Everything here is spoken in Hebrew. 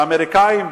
שהאמריקנים,